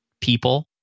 people